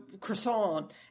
croissant